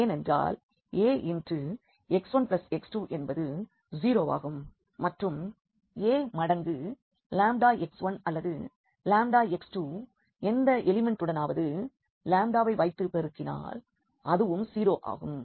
ஏனென்றால் Ax1x2 என்பது 0 ஆகும் மற்றும் A மடங்கு λx1அல்லது λx2 எந்த எலிமெண்ட்டுடனாவது வை வைத்துப் பெருக்கினால் அதுவும் 0 ஆகும்